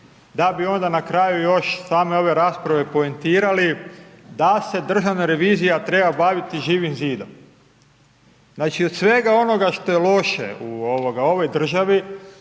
Da bi onda na kraju još, same ove rasprave poentirali, da se Državna revizija treba baviti Živim zidom. Znači od svega onoga što je loše u ovoj državi,